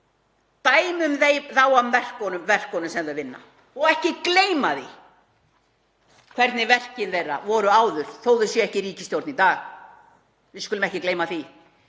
Dæmum þau af verkunum sem þau vinna og ekki gleyma því hvernig verkin þeirra voru áður þó að þau séu ekki í ríkisstjórn í dag. Við skulum ekki gleyma því.